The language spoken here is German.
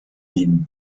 den